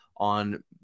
On